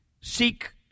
seek